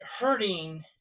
hurting